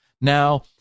Now